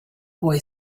boy